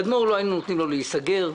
לא היינו נותנים לתדמור להיסגר,